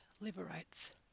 liberates